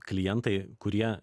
klientai kurie